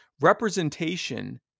representation